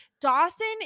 Dawson